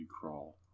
crawl